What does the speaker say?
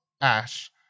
Ash